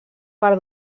per